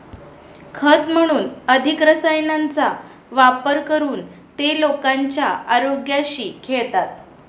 खत म्हणून अधिक रसायनांचा वापर करून ते लोकांच्या आरोग्याशी खेळतात